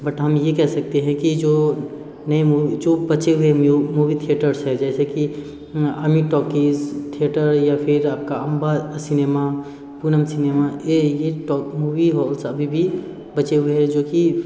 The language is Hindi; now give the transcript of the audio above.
बट हम ये कह सकते हैं कि जो नए मु जो बचे हुए म्यु मूवी थिएटर्स है जैसे की अमित टॉकीज़ थिएटर या फिर आपका अम्बा सिनेमा पूनम सिनेमा ये ये टॉक मूवी हॉल्स अभी भी बचे हुए हैं जो कि